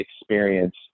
experience